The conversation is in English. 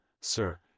Sir